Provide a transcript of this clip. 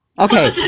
Okay